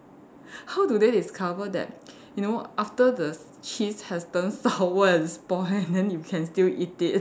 how do they discover that you know after the cheese has turn sour and spoil and then you can still eat it